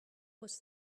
was